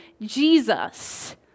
Jesus